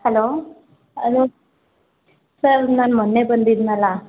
hello hello sir ನಾನು ಮೊನ್ನೆ ಬಂದಿದ್ದೆನಲ್ಲ